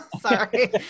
Sorry